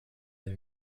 area